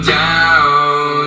down